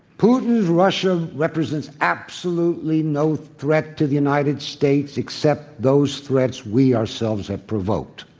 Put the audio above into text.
putin's russia represents absolutely no threat to the united states except those threats we ourselves have provoked,